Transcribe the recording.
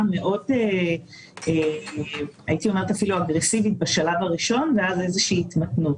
מאוד אגרסיבית בשלב הראשון ואז איזושהי התמתנות.